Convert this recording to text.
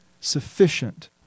sufficient